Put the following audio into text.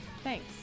Thanks